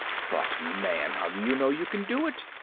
but, man, how do you know you can do it?